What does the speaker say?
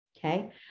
Okay